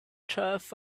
turf